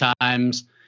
times